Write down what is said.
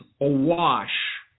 awash